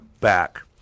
back